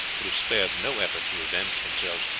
would have spared no effort to avenge themselves,